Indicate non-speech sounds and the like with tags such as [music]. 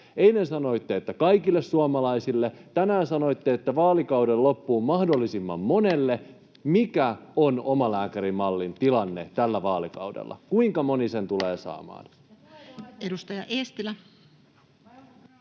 Eilen sanoitte, että kaikille suomalaisille, tänään sanoitte, että vaalikauden loppuun mahdollisimman monelle. [noise] Mikä on omalääkärimallin tilanne tällä vaalikaudella, kuinka moni sen tulee saamaan?